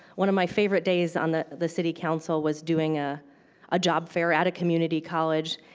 one of my favorite days on the the city council was doing ah a job fair at a community college.